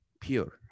pure